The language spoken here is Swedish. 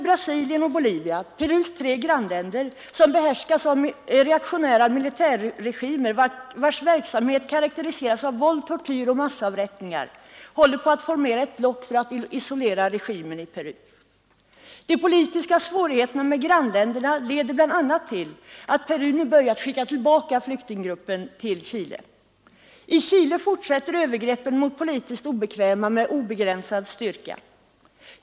Brasilien, Bolivia och Chile, Perus tre grannländer, som behärskas av reaktionära militärregimer — vilkas verksamhet karakteriseras av våld, tortyr och massavrättningar — håller på att formera ett block för att isolera regimen i Peru. De politiska svårigheterna med grannländerna leder bl.a. till att Peru nu börjar skicka tillbaka flyktinggruppen till Chile. I Chile fortsätter övergreppen mot politiskt obekväma med oförminskad styrka.